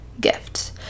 gift